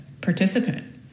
participant